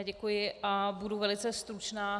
Děkuji a budu velice stručná.